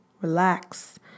relax